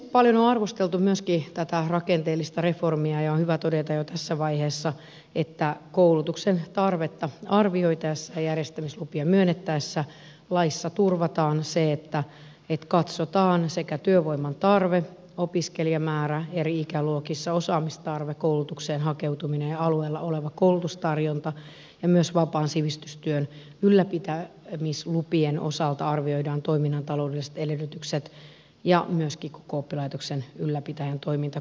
paljon on myöskin arvosteltu tätä rakenteellista reformia ja on hyvä todeta jo tässä vaiheessa että koulutuksen tarvetta arvioitaessa ja järjestämislupia myönnettäessä laissa turvataan se että katsotaan työvoiman tarve opiskelijamäärä eri ikäluokissa osaamistarve koulutukseen hakeutuminen ja alueella oleva koulutustarjonta ja myös vapaan sivistystyön ylläpitämislupien osalta arvioidaan toiminnan taloudelliset edellytykset ja myöskin koko oppilaitoksen ylläpitäjän toiminta kokonaisuudessaan